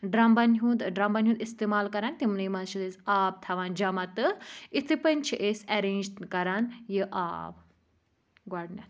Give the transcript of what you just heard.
ڈرٛمبَن ہُنٛد ڈرٛمبَن ہُنٛد استعمال کَران تِمنٕے منٛز چھِ أسۍ آب تھاوان جمع تہٕ یِتھٔے پٲٹھۍ چھِ أسۍ ایٚرینٛج کَران یہِ آب گۄڈٕنیٚتھ